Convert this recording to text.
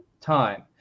time